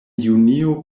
junio